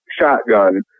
shotgun